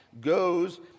goes